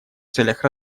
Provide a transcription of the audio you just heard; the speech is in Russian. целях